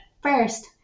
first